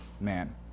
man